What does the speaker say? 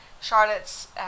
Charlotte's